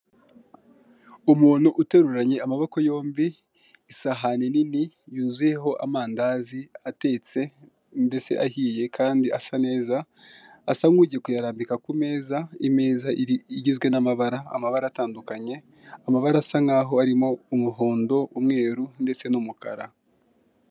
Umuntu uteruranye amaboko yombi isahani nini yuzuyeho amandazi atetse, ndetse ahiye, kandi asa neza, asa nk'ugiye kuyarambika ku meza, imeza igizwe n'amabara, amabara atandukanye, amabara asa nk'aho arimo umuhondo, umweru, ndetse n'umukara.